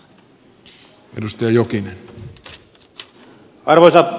arvoisa puhemies